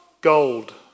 gold